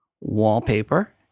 Wallpaper